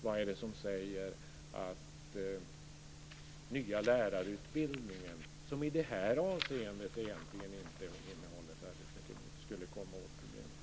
Vad är det som säger att den nya lärarutbildningen, som i detta avseende egentligen inte innehåller särskilt mycket nytt, skulle komma åt problemet?